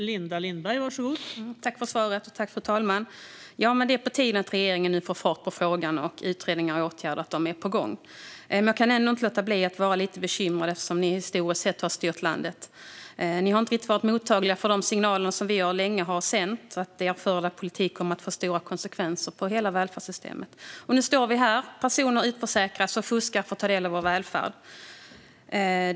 Fru talman! Tack, statsrådet, för svaret! Det är på tiden att regeringen nu får fart på frågan och att utredningar och åtgärder är på gång. Jag kan ändå inte låta bli att vara lite bekymrad eftersom ni historiskt sett har styrt landet. Ni har inte riktigt varit mottagliga för de signaler som vi länge har sänt att politiken ni för kommer att få stora konsekvenser för hela välfärdssystemet. Nu står vi här. Personer utförsäkras, och fuskare får ta del av vår välfärd.